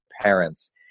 parents